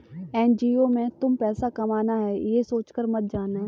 NGO में तुम पैसा कमाना है, ये सोचकर मत जाना